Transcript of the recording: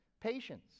patience